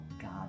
God